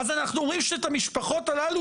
אז אנחנו אומרים שאת המשפחות האלה,